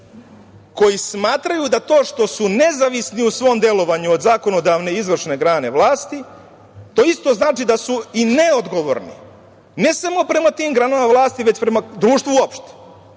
koji smatraju da to što su nezavisni u svom delovanju od zakonodavne i izvršne grane vlasti, to isto znači i da su neodgovorno ne samo prema tim granama vlasti već prema društvu uopšte.